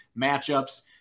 matchups